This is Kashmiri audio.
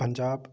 پَنجاب